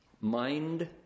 Mind